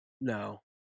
No